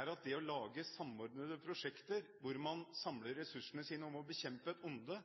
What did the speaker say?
er at det å lage samordnede prosjekter der man samler ressursene for å bekjempe et onde,